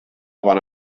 bona